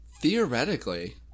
Theoretically